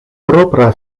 propra